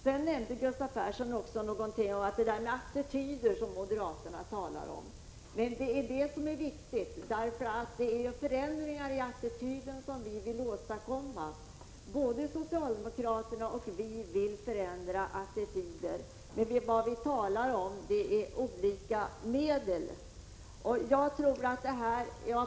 Sedan nämnde Gustav Persson något om moderaternas tal om attityder. Men detta är viktigt, eftersom det är förändringar i attityder som vi vill åstadkomma. Det gäller både socialdemokraterna och oss. Vi talar emellertid om olika medel för att uppnå detta.